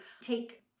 take